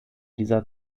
dieser